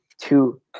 two